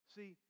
See